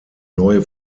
neue